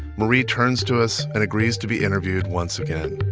marie turns to us and agrees to be interviewed once again